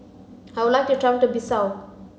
I would like to travel to Bissau